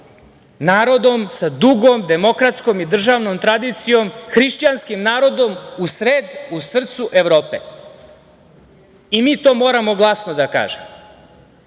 narodom sa dugom demokratskom i državnom tradicijom, hrišćanskim narodom u srcu Evrope. I mi to moramo glasno da kažemo